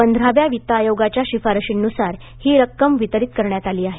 पंधराव्या वित्त आयोगाच्या शिफारशींनुसार ही रक्कम वितरित करण्यात आली आहे